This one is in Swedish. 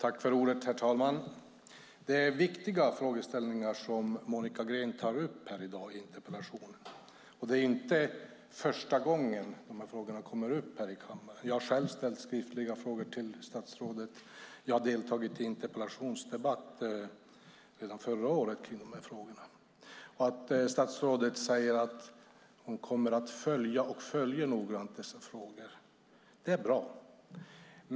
Herr talman! Det är viktiga frågeställningar som Monica Green tar upp i dag i interpellationen. Det är inte första gången som de frågorna kommer upp här i kammaren. Jag har själv ställt skriftliga frågor till statsrådet, och jag har redan förra året deltagit i en interpellationsdebatt i de här frågorna. Att statsrådet säger att hon noggrant följer och kommer att följa dessa frågor är bra.